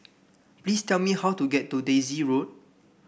please tell me how to get to Daisy Road